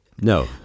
No